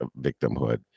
victimhood